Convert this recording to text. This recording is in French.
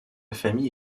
famille